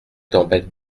tempête